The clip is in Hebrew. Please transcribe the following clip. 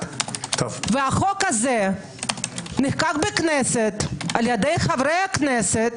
והחוק הזה נחקק בכנסת על ידי חברי הכנסת.